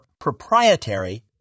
proprietary